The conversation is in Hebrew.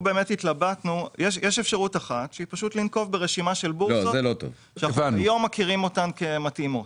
יש אפשרות לנקוב ברשימה של בורסות שאנחנו היום מכירים כמתאימות.